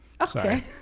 Okay